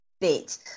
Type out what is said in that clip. bit